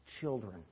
children